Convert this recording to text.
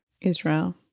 Israel